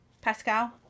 Pascal